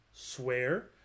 Swear